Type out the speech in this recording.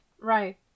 Right